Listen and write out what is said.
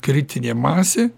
kritinė masė